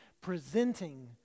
presenting